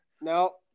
No